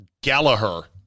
Gallagher